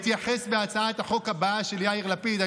אתייחס בהצעת החוק הבאה של יאיר לפיד.